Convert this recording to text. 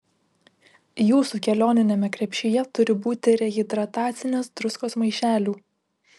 jūsų kelioniniame krepšyje turi būti rehidratacinės druskos maišelių